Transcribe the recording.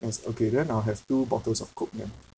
yes okay then I'll have two bottles of coke then